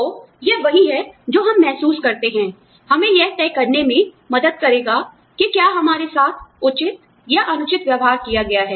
तो यह वही है जो हम महसूस करते हैं हमें यह तय करने में मदद करेगा कि क्या हमारे साथ उचित या अनुचित व्यवहार किया गया है